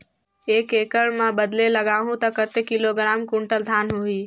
एक एकड़ मां बदले लगाहु ता कतेक किलोग्राम कुंटल धान होही?